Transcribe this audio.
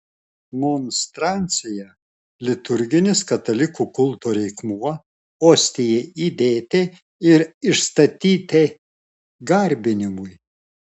monstrancija liturginis katalikų kulto reikmuo ostijai įdėti ir išstatyti garbinimui